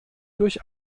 durch